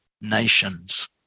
nations